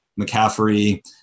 McCaffrey